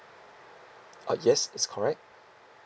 ah yes that's correct